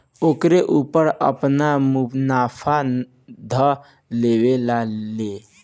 ओकरे ऊपर आपन मुनाफा ध लेवेला लो